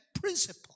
principle